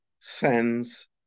sends